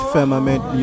Firmament